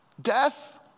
Death